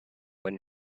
when